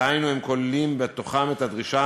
דהיינו, הם כוללים בתוכם את הדרישה